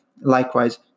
Likewise